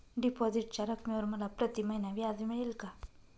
डिपॉझिटच्या रकमेवर मला प्रतिमहिना व्याज मिळेल का?